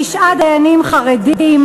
תשעה דיינים חרדים,